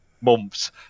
months